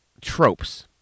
tropes